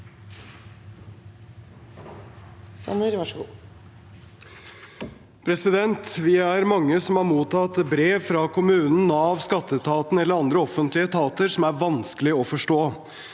Vi er mange som har mottatt brev fra kommunen, Nav, skatteetaten eller andre offentlige etater som er vanskelige å forstå.